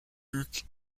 book